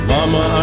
Mama